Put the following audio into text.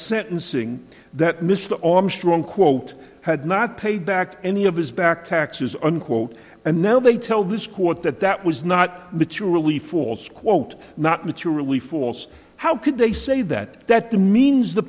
sentencing that mr armstrong quote had not paid back any of his back taxes unquote and now they tell this court that that was not maturely false quote not materially false how could they say that that demeans the